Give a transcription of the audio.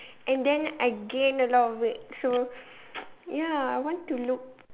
and then I gained a lot of weight so ya I want to look